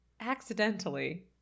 accidentally